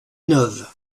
neuve